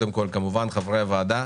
קודם כל כמובן חברי הוועדה,